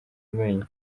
amenyo